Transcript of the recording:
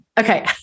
Okay